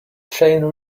chain